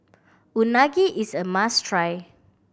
Unagi is a must try